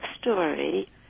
story